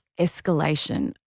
escalation